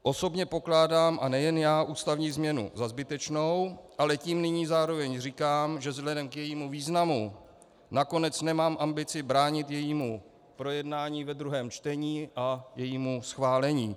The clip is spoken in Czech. Osobně pokládám, a nejen já, ústavní změnu za zbytečnou, ale tím zároveň nyní říkám, že vzhledem k jejímu významu nakonec nemám ambici bránit jejímu projednání ve druhém čtení a jejímu schválení.